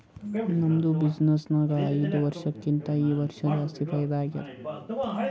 ನಮ್ದು ಬಿಸಿನ್ನೆಸ್ ನಾಗ್ ಐಯ್ದ ವರ್ಷಕ್ಕಿಂತಾ ಈ ವರ್ಷ ಜಾಸ್ತಿ ಫೈದಾ ಆಗ್ಯಾದ್